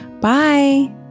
Bye